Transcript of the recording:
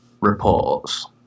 reports